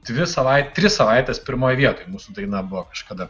dvi savait tris savaites pirmoj vietoj mūsų daina buvo kažkada